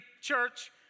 church